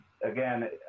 Again